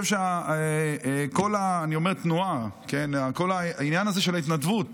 כל העניין הזה של ההתנדבות